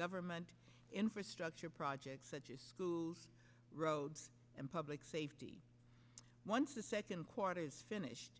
government infrastructure projects such as schools roads and public safety once the second quarter is finished